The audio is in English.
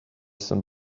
some